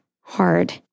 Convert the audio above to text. hard